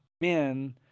men